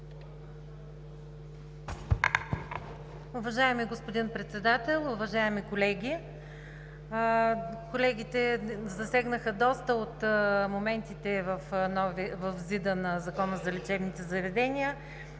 Уважаеми господин Председател, уважаеми колеги. Колегите засегнаха доста от моментите в ЗИД на Закона за лечебните заведения,